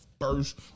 first